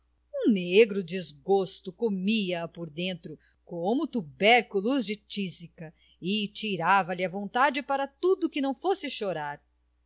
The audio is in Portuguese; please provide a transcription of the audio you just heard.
um negro desgosto comia a por dentro como tubérculos de tísica e tirava-lhe a vontade para tudo que não fosse chorar